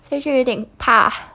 这就有点怕